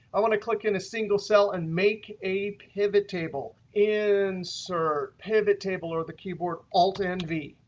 i want to click in a single cell and make a pivot table. insert pivot table, or the keyboard alt nv.